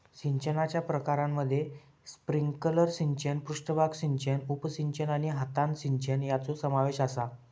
सिंचनाच्या प्रकारांमध्ये स्प्रिंकलर सिंचन, पृष्ठभाग सिंचन, उपसिंचन आणि हातान सिंचन यांचो समावेश आसा